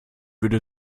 würde